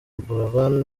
buravan